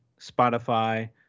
Spotify